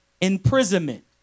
imprisonment